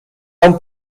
han